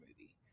movie